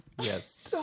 Yes